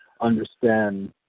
understand